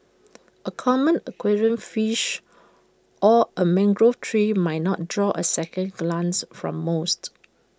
A common aquarium fish or A mangrove tree might not draw A second glance from most